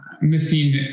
missing